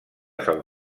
sant